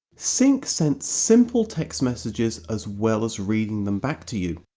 sync sent simple text messages as well as reading them back to you.